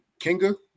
Kinga